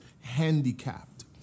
handicapped